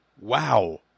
wow